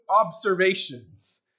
observations